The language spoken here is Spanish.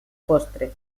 postre